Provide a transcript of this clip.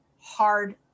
hard